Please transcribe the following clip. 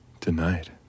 tonight